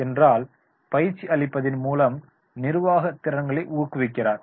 என்றால் பயிற்சி அளிப்பதில் மூலம் நிர்வாக திறன்களை உருவாக்குகிறார்